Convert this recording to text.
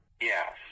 Yes